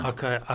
Okay